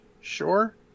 sure